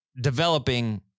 developing